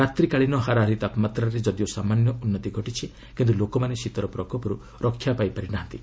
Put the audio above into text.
ରାତ୍ରିକାଳୀନ ହାରାହାରି ତାପମାତ୍ରାରେ ଯଦିଓ ସାମାନ୍ୟ ଉନ୍ନତି ଘଟିଛି କିନ୍ତୁ ଲୋକମାନେ ଶୀତର ପ୍ରକୋପରୁ ରକ୍ଷା ପାରିପାରି ନାହାନ୍ତି